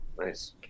Nice